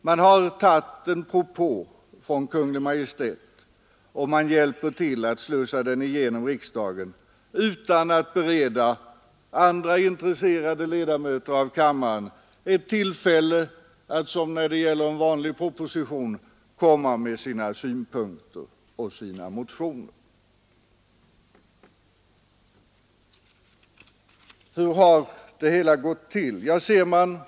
Man har tagit en propå från Kungl. Maj:t och man hjälper till att slussa den igenom riksdagen utan att bereda andra intresserade ledamöter av kammaren tillfälle att som när det gäller en vanlig proposition komma med sina motioner och synpunkter. Hur har då det hela gått till?